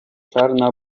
czarna